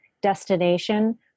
destination